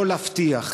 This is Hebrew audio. לא להבטיח,